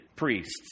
priests